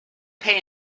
pay